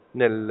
nel